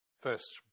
first